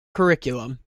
curriculum